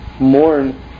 mourn